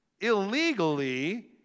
illegally